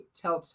tell